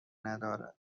ندارد